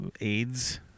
AIDS